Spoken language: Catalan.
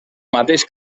mateix